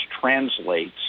translates